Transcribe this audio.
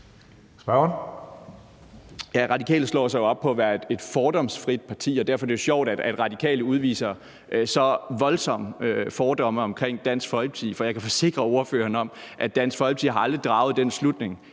Radikale slår jo sig op på at være et fordomsfrit parti. Derfor er det sjovt, at Radikale udviser så voldsomme fordomme om Dansk Folkeparti. Jeg kan forsikre ordføreren om, at Dansk Folkeparti aldrig har draget den slutning,